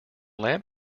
lamp